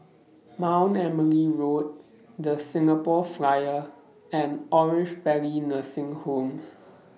Mount Emily Road The Singapore Flyer and Orange Valley Nursing Home